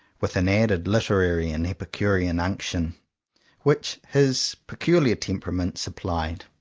with an added literary and epicurean unc tion which his peculiar temperament sup plied.